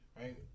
Right